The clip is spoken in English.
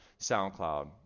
SoundCloud